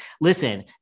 Listen